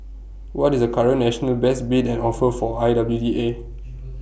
what is the current national best bid and offer for I W D A